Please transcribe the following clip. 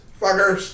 Fuckers